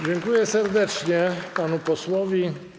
Dziękuję serdecznie panu posłowi.